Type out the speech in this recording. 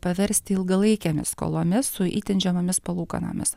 paversti ilgalaikėmis skolomis su itin žemomis palūkanomis